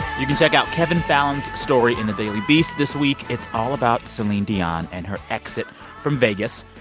you can check out kevin fallon's story in the daily beast this week. it's all about celine dion and her exit from vegas.